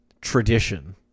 tradition